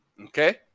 Okay